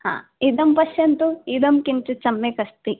हा इदं पश्यन्तु इदं किञ्चित् सम्यक् अस्ति